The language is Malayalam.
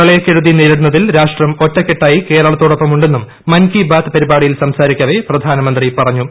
പ്രളയക്കെടുതി നേരിടുന്നതിൽ രാഷ്ട്രം ഒറ്റക്കെട്ടായി കേരളത്തോടൊപ്പ് മുണ്ടെന്നും മൻ കി ബാത്ത് പരിപാടിയിൽ സംസാരിക്കുവെ പ്രധാനമന്ത്രി പറഞ്ഞു